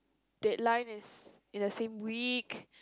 deadline is in the same week